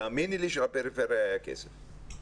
תאמיני לי שבפריפריה היה כסף,